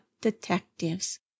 detectives